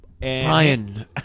Brian